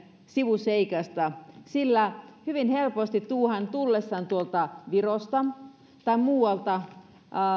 sivuseikasta sillä hyvin helposti tuodaan kun tullaan tuolta virosta tai muualta